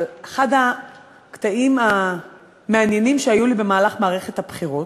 אבל אחד הקטעים המעניינים שהיו לי במהלך מערכת הבחירות: